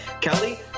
Kelly